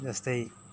जस्तै